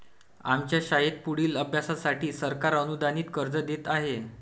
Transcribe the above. आमच्या शाळेत पुढील अभ्यासासाठी सरकार अनुदानित कर्ज देत आहे